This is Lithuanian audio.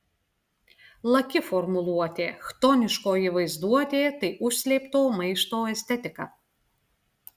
laki formuluotė chtoniškoji vaizduotė tai užslėpto maišto estetika